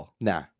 Nah